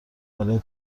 برای